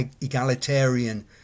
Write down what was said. egalitarian